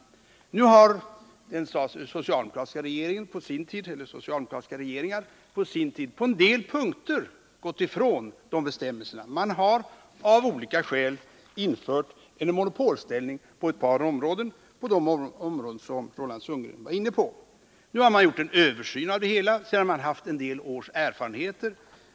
Den socialdemokratiska regeringen — eller de socialdemokratiska regeringarna — har på sin tid på en del punkter gått ifrån de principerna. Man har av olika skäl infört en monopolställning på ett par områden, som Roland Sundgren har berört. Nu har man gjort en översyn av upphandlingssystemet, sedan man fått en del års erfarenheter.